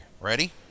Ready